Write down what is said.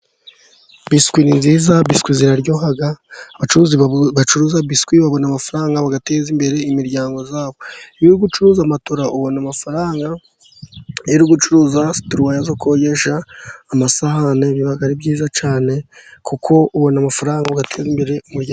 Biswi ni nziza biswi ziraryoha. Abacuruzi bacuruza biswi babona amafaranga bagateza imbere imiryango yabo. Iyo uri gucuruza matora ubona amafaranga, iyo uri gucuruza situruwayo zo kogesha amasahane biba ari byiza cyane kuko ubona amafaranga ugateza imbere umuryango wawe.